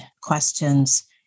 questions